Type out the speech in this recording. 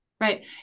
right